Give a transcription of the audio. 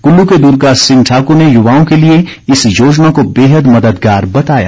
कुल्लू के दुर्गा सिंह ठाकुर ने युवाओं के लिए इस योजना को बेहद मददगार बताया